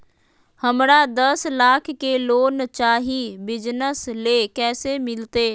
हमरा दस लाख के लोन चाही बिजनस ले, कैसे मिलते?